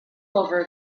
over